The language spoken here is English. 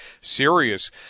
serious